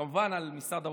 כמובן, על משרד האוצר,